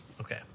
Okay